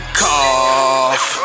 cough